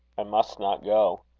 i must not go.